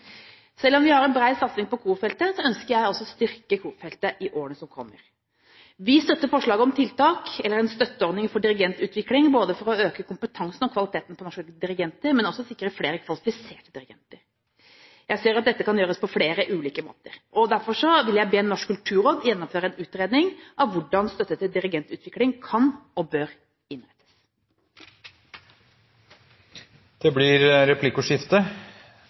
Selv om vi har en bred satsing på korfeltet, ønsker jeg også å styrke korfeltet i årene som kommer. Vi støtter forslaget om et tiltak eller en støtteordning for dirigentutvikling, både for å øke kompetansen og for å øke kvaliteten på norske dirigenter, men også for å sikre flere kvalifiserte dirigenter. Jeg ser at dette kan gjøres på flere ulike måter. Derfor vil jeg be Norsk kulturråd gjennomføre en utredning av hvordan støtte til dirigentutvikling kan og bør innrettes. Det blir replikkordskifte